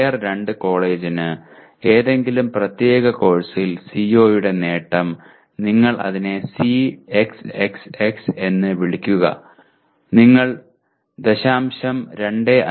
tyre 2 കോളേജിന് ഏതെങ്കിലും പ്രത്യേക കോഴ്സിൽ CO യുടെ നേട്ടം നിങ്ങൾ അതിനെ Cxxx എന്ന് വിളിക്കുക നിങ്ങൾ 0